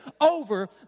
over